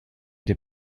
des